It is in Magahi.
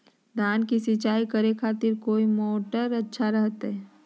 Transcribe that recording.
धान की सिंचाई करे खातिर कौन मोटर अच्छा रहतय?